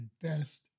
invest